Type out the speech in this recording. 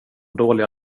dåliga